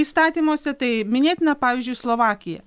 įstatymuose tai minėtina pavyzdžiui slovakija